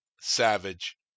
savage